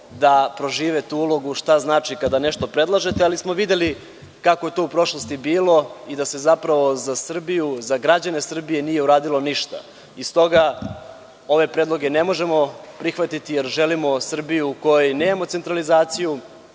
da prožive tu ulogu šta znači kada nešto predlažete, ali smo videli kako je to u prošlosti bilo i da se zapravo za Srbiju, za građane Srbije nije uradilo ništa. Stoga, ove predloge ne možemo prihvatiti jer želimo Srbiju u kojoj nemamo centralizaciju.